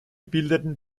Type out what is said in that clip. bildeten